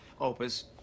opus